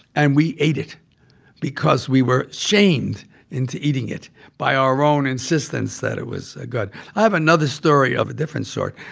and we ate it because we were shamed into eating it by our own insistence that it was good i have another story of a different sort.